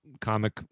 comic